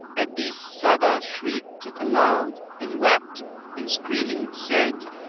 at this sabbah shrieked aloud and wept and screaming said,